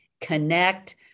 connect